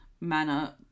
manner